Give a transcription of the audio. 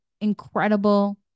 incredible